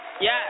Yes